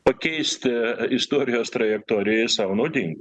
pakeisti istorijos trajektoriją sau naudin